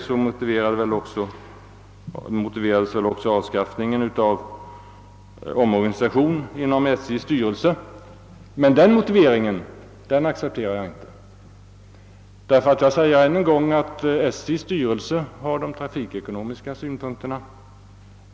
Därutöver motiverades avskaffandet med omorganisation inom SJ:s styrelse, men denna motivering accepterar jag inte. Jag upprepar att SJ:s styrelse har hand om de trafikekonomiska synpunkterna.